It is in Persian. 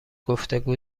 گفتگو